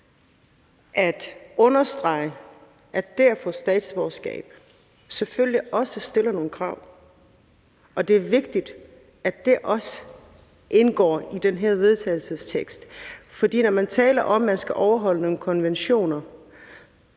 at understrege, at det at få statsborgerskab selvfølgelig også medfører nogle krav, og det er vigtigt, at det også indgår i det her forslag til vedtagelse. For når man taler om, at man skal overholde nogle konventioner,